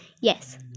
Yes